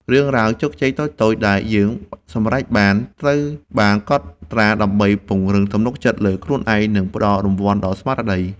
រឿងរ៉ាវជោគជ័យតូចៗដែលយើងសម្រេចបាន ត្រូវបានកត់ត្រាដើម្បីពង្រឹងទំនុកចិត្តលើខ្លួនឯង និងផ្ដល់រង្វាន់ដល់ស្មារតី។